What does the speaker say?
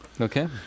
Okay